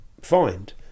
find